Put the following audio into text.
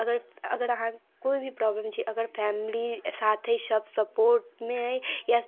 अगर अगर अहाँ कोइ भी प्रॉब्लम छी अगर फैमिली साथ अइ सभ सपोर्टमे अइ या